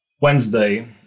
Wednesday